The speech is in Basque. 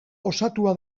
osatua